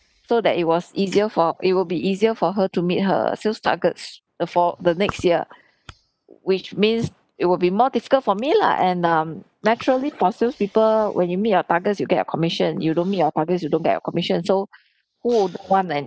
so that it was easier for it will be easier for her to meet her sales targets the for the next year which means it would be more difficult for me lah and um naturally for sales people when you meet your targets you get your commission you don't meet targets you don't get your commission so who won't want an